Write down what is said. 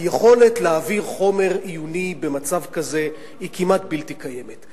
היכולת להעביר חומר עיוני במצב כזה היא כמעט בלתי קיימת.